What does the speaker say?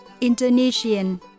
Indonesian